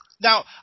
Now